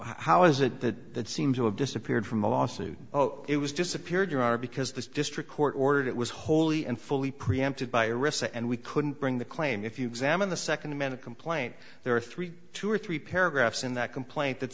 how is it that that seems to have disappeared from a lawsuit oh it was disappeared you are because this district court ordered it was wholly and fully preempted by a recess and we couldn't bring the claim if you examine the second amended complaint there are three two or three paragraphs in that complaint that